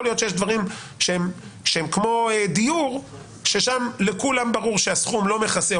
יכול להיות שיש דברים שהם כמו דיור ששם לכולם ברור שהסכום לא מכסה.